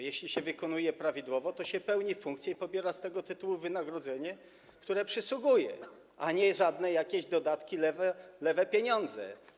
Jeśli się wykonuje prawidłowo, to się pełni funkcję i pobiera się z tego tytułu wynagrodzenie, które przysługuje, a nie żadne jakieś lewe dodatki, lewe pieniądze.